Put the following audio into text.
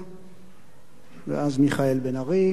ואז מיכאל בן-ארי וישראל חסון